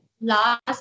last